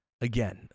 again